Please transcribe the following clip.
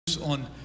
on